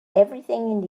everything